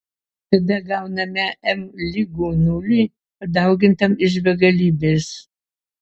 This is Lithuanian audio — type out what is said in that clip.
tada gauname m lygu nuliui padaugintam iš begalybės